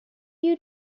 you